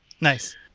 Nice